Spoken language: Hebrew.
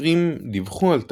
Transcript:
החוקרים דיווחו על תגליתם,